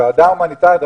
ועדה המוניטרית,